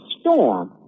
storm